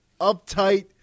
uptight